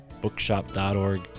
bookshop.org